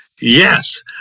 Yes